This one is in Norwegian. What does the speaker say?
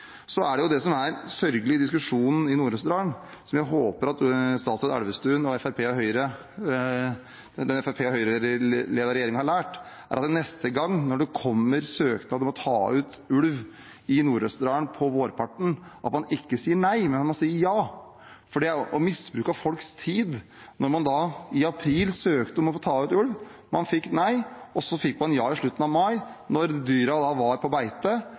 Det er det som er sørgelig når det gjelder diskusjonen i Nord-Østerdal. Jeg håper at statsråd Elvestuen og den Fremskrittsparti–Høyre-ledede regjeringen har lært at neste gang det kommer søknad om å ta ut ulv i Nord-Østerdal på vårparten, sier man ikke nei, men man sier ja. Det er misbruk av folks tid når man i april søkte om å få ta ut ulv, man fikk nei, og så fikk man ja i slutten av mai, da dyra var på beite. Da var